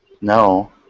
No